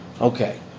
Okay